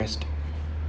test